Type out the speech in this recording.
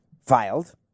filed